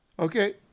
Okay